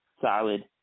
Solid